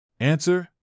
Answer